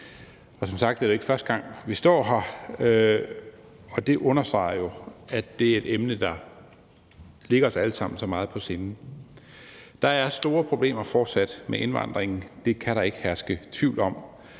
er det ikke første gang, vi står her, og det understreger jo, at det er et emne, der ligger os alle sammen så meget på sinde. Der er fortsat store problemer med indvandringen, det kan der ikke herske tvivl om.